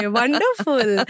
wonderful